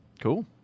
Cool